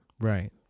right